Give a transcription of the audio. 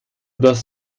das